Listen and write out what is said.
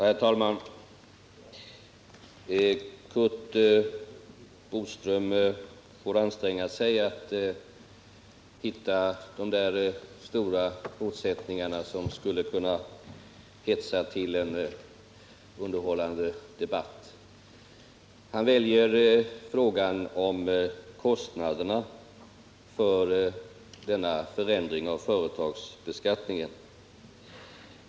Herr talman! Curt Boström får anstränga sig att hitta de där stora motsättningarna som skulle kunna hetsa till en underhållande debatt. Han väljer frågan om kostnaderna för denna förändring av företagsbeskattningen.